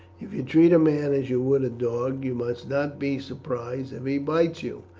if you treat a man as you would a dog you must not be surprised if he bites you,